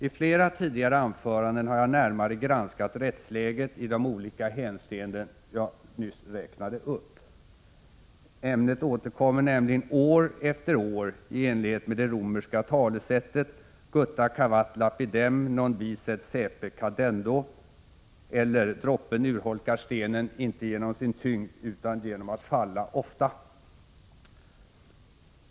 I flera tidigare anföranden har jag närmare granskat rättsläget i de olika hänseenden jag nyss räknade upp. Ämnet återkommer nämligen år efter år i enlighet med det romerska talesättet ”gutta cavat lapidem non vi sed saepe cadendo” eller ”droppen urholkar stenen inte genom sin tyngd utan genom att falla ofta”.